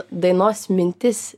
dainos mintis